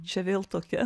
čia vėl tokia